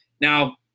Now